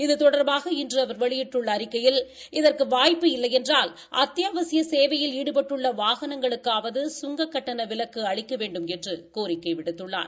இது தொடர்பாக இன்று அவர் வெளியிட்டுள்ள அறிக்கையில் இதற்கு வாய்ப்பு இல்லையென்றால் அத்தியாவசிசய சேவையில் ஈடுபட்டுள்ள வாகனங்களுக்காவது சுங்க கட்டண விலக்கு அளிக்க வேண்டுமென்று கோரிக்கை விடுத்துள்ளார்